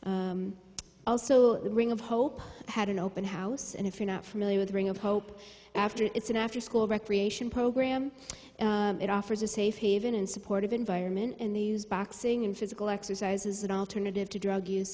like also ring of hope had an open house and if you're not familiar with the ring of hope after it's an after school recreation program it offers a safe haven and supportive environment in the boxing and physical exercises and alternative to drug use